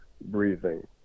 breathing